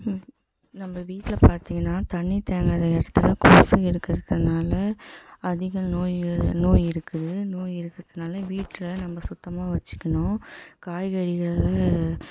நம்ப வீட்டில் பார்த்தீங்கன்னா தண்ணி தேங்குகிற இடத்துல கொசு இருக்கிறதுனால அதிக நோய்கள் நோய் இருக்குது நோய் இருக்கிறதுனால வீட்டில் நம்ப சுத்தமாக வச்சுக்கணும் காய்கறிகளை